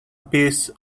piece